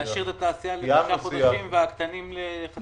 להשאיר את התעשייה למשך תשעה חודשים ואת הקטנים לשלושה חודשים?